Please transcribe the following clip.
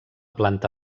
planta